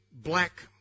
black